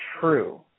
true